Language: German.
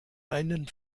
einen